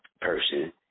person